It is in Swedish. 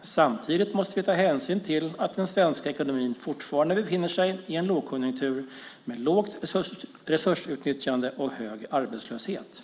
Samtidigt måste vi ta hänsyn till att den svenska ekonomin fortfarande befinner sig i en lågkonjunktur med lågt resursutnyttjande och hög arbetslöshet.